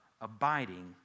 abiding